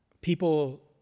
people